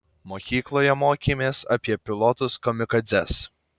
mokykloje mokėmės apie pilotus kamikadzes